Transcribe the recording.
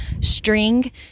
String